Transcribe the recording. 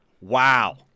Wow